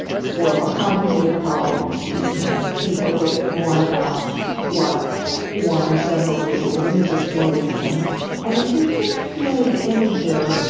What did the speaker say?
for more complicated problems, you you may have to think a little bit more about what one or several visual images go with them and if you're a pretty good imager,